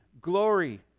glory